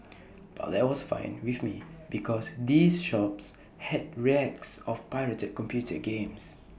but that was fine with me because these shops had racks of pirated computer games